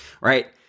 right